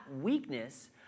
weakness